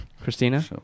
Christina